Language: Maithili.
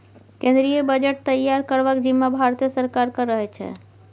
केंद्रीय बजट तैयार करबाक जिम्माँ भारते सरकारक रहै छै